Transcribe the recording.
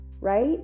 right